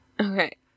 Okay